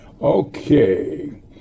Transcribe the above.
okay